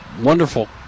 Wonderful